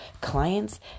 clients